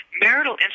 marital